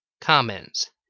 comments